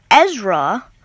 Ezra